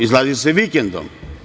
Izlazi se vikendom.